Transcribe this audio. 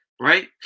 Right